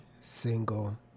single